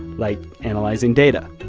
like analyzing data.